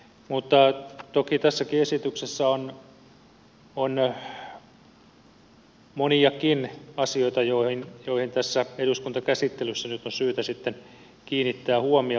mutta toki tässäkin esityksessä on moniakin asioita joihin tässä eduskuntakäsittelyssä nyt on syytä sitten kiinnittää huomiota